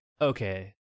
okay